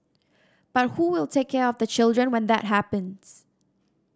but who will take care of the children when that happens